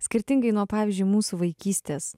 skirtingai nuo pavyzdžiui mūsų vaikystės